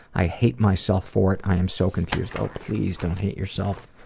i hate myself for it, i am so confused. oh please don't hate yourself.